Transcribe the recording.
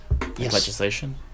legislation